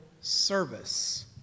service